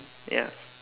ya